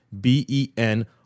b-e-n